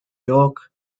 york